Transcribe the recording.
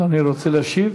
אדוני רוצה להשיב?